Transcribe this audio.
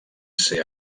ser